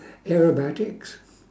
aerobatics